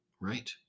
Right